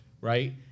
right